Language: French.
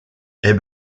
est